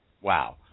wow